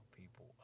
people